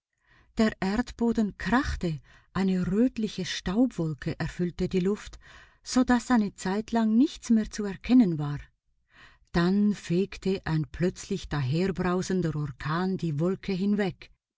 der erdboden krachte eine rötliche staubwolke erfüllte die luft so daß eine zeitlang nichts mehr zu erkennen war dann fegte ein plötzlich daherbrausender orkan die wolke hinweg